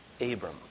Abram